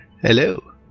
Hello